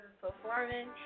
performing